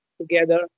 together